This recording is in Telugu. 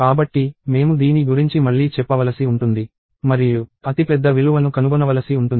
కాబట్టి మేము దీని గురించి మళ్లీ చెప్పవలసి ఉంటుంది మరియు అతిపెద్ద విలువను కనుగొనవలసి ఉంటుంది